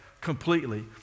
completely